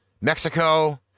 Mexico